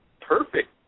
perfect